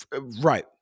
Right